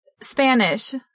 Spanish